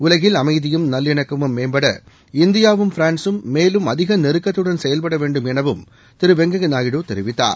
உலகில் அமைதியும் நல்லிணக்கமும் மேம்பட இந்தியாவும் பிரான்ஸும் மேலும் அதிக நெருக்கத்துடன் செயல்பட வேண்டும் எனவும் திரு வெங்கய்ய நாயுடு தெரிவித்தார்